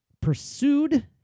pursued